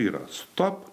yra stop